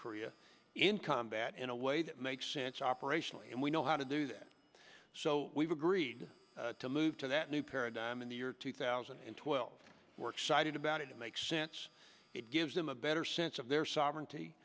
korea in combat in a way that makes sense operationally and we know how to do that so we've agreed to move to that new paradigm in the year two thousand and twelve work cited about it it makes sense it gives them a better sense of their sovereignty